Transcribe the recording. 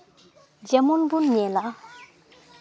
ᱡᱮᱢᱚᱱ ᱵᱚᱱ ᱧᱮᱞᱟ